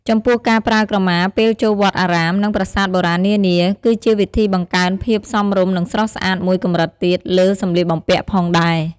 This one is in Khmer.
ចំពោះការប្រើក្រមាពេលចូលវត្តអារាម និងប្រាសាទបុរាណនានា គឺជាវិធីបង្កើនភាពសមរម្យនិងស្រស់ស្អាតមួយកម្រិតទៀតលើសម្លៀកបំពាក់ផងដែរ។